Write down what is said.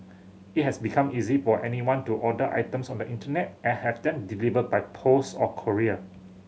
it has become easy for anyone to order items on the Internet and have them delivered by post or courier